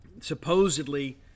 supposedly